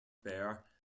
bear